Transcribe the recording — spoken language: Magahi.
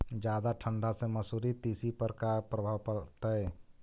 जादा ठंडा से मसुरी, तिसी पर का परभाव पड़तै?